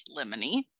lemony